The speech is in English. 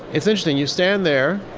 it's interesting you stand there.